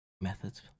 methods